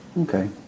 Okay